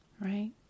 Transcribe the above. right